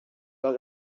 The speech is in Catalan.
del